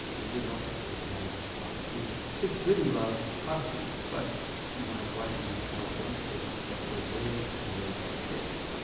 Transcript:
we did lots of take-out, fast food. kids really love fast food, but my wife and myself don't think that's the way to raise ah our kids.